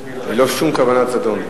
ללא שום כוונת זדון.